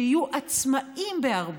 שיהיו עצמאיים בהרבה,